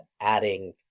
adding